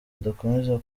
adakomeza